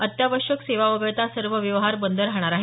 अत्यावश्यक सेवा वगळता सर्व व्यवहार बंद राहणार आहे